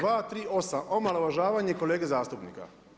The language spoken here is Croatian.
238., omalovažavanje kolege zastupnika.